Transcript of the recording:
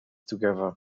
together